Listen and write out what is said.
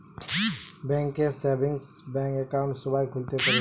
bank এ savings bank account সবাই খুলতে পারে